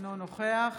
אינו נוכח